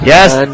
Yes